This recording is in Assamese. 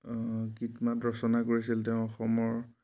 গীত মাত ৰচনা কৰিছিল তেওঁ অসমৰ